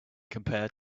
compare